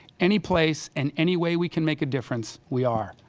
anyplace and any way we can make a difference we are.